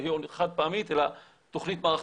ניקיון חד-פעמית אלא תוכנית מערכתית.